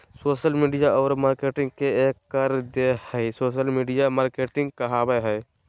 social media औरो marketing के एक कर देह हइ सोशल मिडिया मार्केटिंग कहाबय हइ